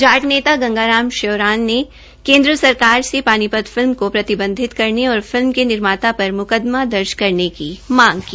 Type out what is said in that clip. जाट नेता गंगाराम श्योरण ने केन्द्र सरकार से पानीपत फिल्म को प्रतिबंधित करने और फिल्म के निर्माता पर मुकदमा दर्ज करने की मांग की